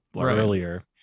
earlier